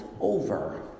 over